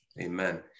Amen